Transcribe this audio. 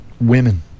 women